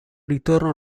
ritorno